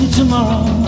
tomorrow